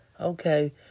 Okay